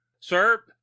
Sir